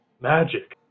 Magic